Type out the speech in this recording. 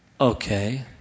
Okay